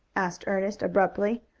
asked ernest abruptly,